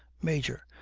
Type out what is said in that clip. major.